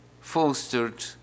fostered